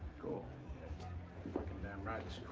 cool you're fucking damn right,